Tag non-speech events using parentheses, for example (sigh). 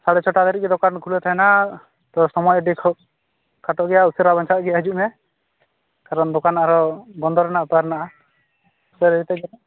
ᱥᱟᱲᱮ ᱪᱷᱚᱴᱟ ᱫᱷᱟᱹᱨᱤᱡ ᱜᱮ ᱫᱚᱠᱟᱱ ᱠᱷᱩᱞᱟᱹᱣ ᱛᱟᱦᱮᱱᱟ ᱛᱚ ᱥᱚᱢᱳᱭ ᱟᱹᱰᱤ ᱠᱷᱩᱵᱽ ᱠᱷᱟᱴᱚ ᱜᱮᱭᱟ ᱩᱥᱟᱹᱨᱟ ᱵᱟᱝᱠᱷᱟᱱ ᱜᱮ ᱦᱤᱡᱩᱜ ᱢᱮ ᱠᱟᱨᱚᱱ ᱫᱚᱠᱟᱱ ᱟᱨᱚ ᱵᱚᱱᱫᱚ ᱨᱮᱱᱟᱜ ᱵᱮᱯᱟᱨ ᱢᱮᱱᱟᱜᱼᱟ (unintelligible) ᱢᱤᱛᱟᱹᱧ ᱠᱟᱱᱟ